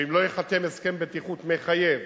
שאם לא ייחתם הסכם בטיחות מחייב